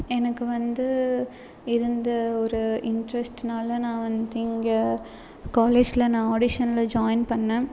எனக்கு வந்து இருந்த ஒரு இன்ட்ரஸ்ட்னால் நான் வந்து இங்கே காலேஜில் நான் ஆடிஷனில் ஜாயின் பண்ணிணேன்